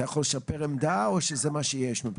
אתה יכול לשפר עמדה או שזה מה שיש?